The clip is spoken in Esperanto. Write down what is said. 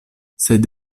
sed